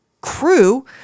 crew